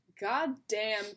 goddamn